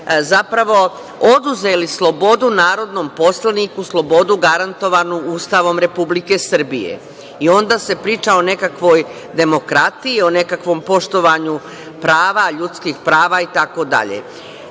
zapravo oduzeli slobodu narodnom poslaniku, slobodu garantovanu Ustavom Republike Srbije i onda se priča o nekakvoj demokratiji, o nekakvom poštovanju ljudskih prava i